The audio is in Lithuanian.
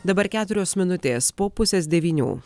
dabar keturios minutės po pusės devynių